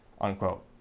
unquote